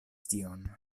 tion